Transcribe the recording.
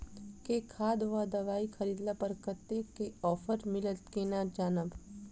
केँ खाद वा दवाई खरीदला पर कतेक केँ ऑफर मिलत केना जानब?